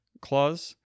Clause